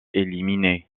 éliminés